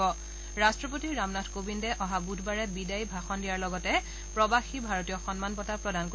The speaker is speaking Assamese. ৰট্ট্ৰপতি ৰামনাথ কোবিন্দে অহা বুধবাৰে বিদায়ী ভাষণ দিয়াৰ লগতে প্ৰবাসী ভাৰতীয় সন্মান বঁটা প্ৰদান কৰিব